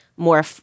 more